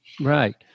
Right